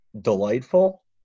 delightful